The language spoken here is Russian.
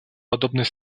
подобный